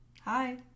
Hi